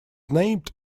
named